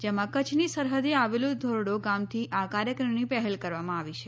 જેમાં કચ્છની સરહદે આવેલું ધોરડો ગામથી આ ક્રાર્યક્રમની પહેલ કરવામાં આવી છે